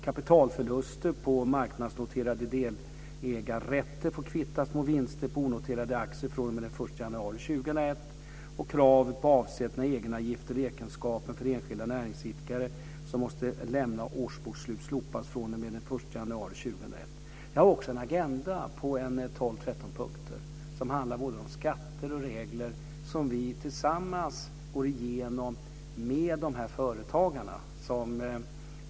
Kapitalförluster på marknadsnoterade delägarrätter får kvittas mot vinster på onoterade aktier fr.o.m.den 1 januari Jag har också en agenda på 12, 13 punkter som handlar både om skatter och regler som vi tillsammans går igenom med dessa företagare.